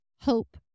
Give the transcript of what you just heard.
hope